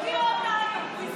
יש